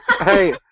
Hey